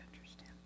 understand